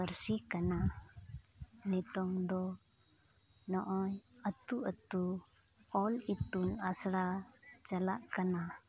ᱯᱟᱹᱨᱥᱤ ᱠᱟᱱᱟ ᱱᱤᱛᱳᱜ ᱫᱚ ᱱᱚᱜᱼᱚᱭ ᱟᱳᱛᱼᱟᱛᱳ ᱚᱞ ᱤᱛᱩᱱ ᱟᱥᱲᱟ ᱪᱟᱞᱟᱜ ᱠᱟᱱᱟ